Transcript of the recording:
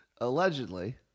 Allegedly